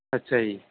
ਅੱਛਾ ਜੀ